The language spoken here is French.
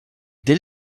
dès